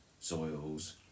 Soils